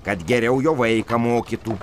kad geriau jo vaiką mokytų